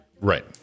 Right